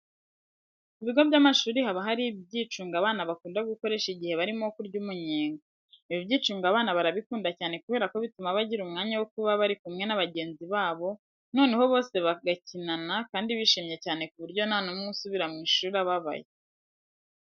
Ku bigo by'amashuri haba hari ibyicungo abana bakunda gukoresha igihe barimo kurya umunyenga. Ibi byicungo abana barabikunda cyane kubera ko bituma bagira umwanya wo kuba bari kumwe na bagenzi babo, noneho bose bagakinana kandi bishimye cyane ku buryo nta n'umwe subira mu ishuri ababaye.